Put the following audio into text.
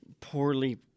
poorly